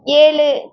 ஏழு